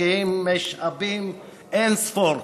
משקיעים משאבים אין-ספור,